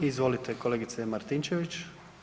Izvolite kolegice Martinčević.